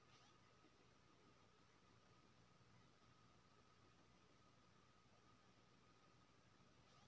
गम्हरा के समय मे कतेक पायन परबाक चाही आ बेसी भ जाय के पश्चात फसल पर केना प्रभाव परैत अछि?